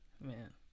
man